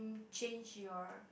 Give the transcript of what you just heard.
change your